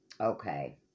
Okay